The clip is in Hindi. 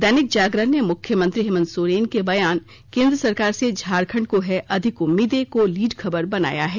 दैनिक जागरण ने मुख्यमंत्री हेमंत सोरेन के बयान केंद्र सरकार से झारखंड को है अधिक उम्मीदें को लीड खबर बनाया है